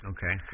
Okay